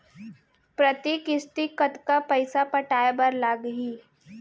प्रति किस्ती कतका पइसा पटाये बर लागही?